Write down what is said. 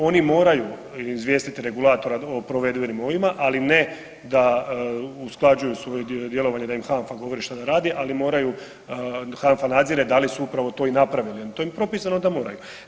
Oni moraju izvijestiti regulatora o provedenim …/nerazumljivo/… ali ne da usklađuju svoje djelovanje da im HANFA govori šta da radi, ali moraju, HANFA nadzire da li su upravo to i napravili, to im propisano da moraju.